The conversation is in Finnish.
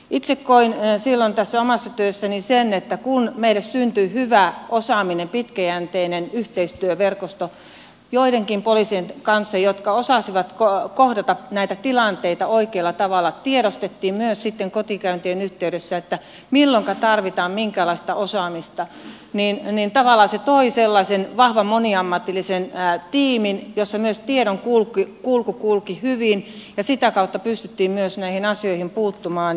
itse koin silloin tässä omassa työssäni sen että kun meille syntyi hyvä osaaminen pitkäjänteinen yhteistyöverkosto joidenkin poliisien kanssa jotka osasivat kohdata näitä tilanteita oikealla tavalla tiedostettiin myös sitten kotikäyntien yhteydessä milloinka tarvitaan minkäkinlaista osaamista niin tavallaan se toi sellaisen vahvan moniammatillisen tiimin jossa myös tieto kulki hyvin ja sitä kautta pystyttiin myös näihin asioihin puuttumaan